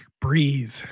breathe